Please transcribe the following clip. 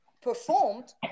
performed